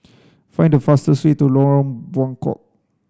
find the fastest way to Lorong Buangkok